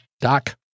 Doc